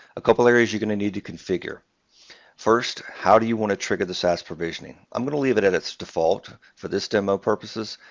a couple areas you're going to need to configure first, how do you want to trigger the saas provisioning? i'm going to leave it at its default for this demo purposes.